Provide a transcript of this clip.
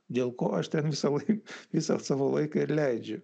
dėl ko aš ten visąlaik visą savo laiką ir leidžiu